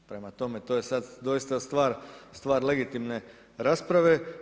Prema tome, to je sad doista stvar legitimne rasprave.